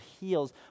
heals